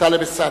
טלב אלסאנע.